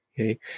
Okay